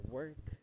work